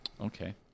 okay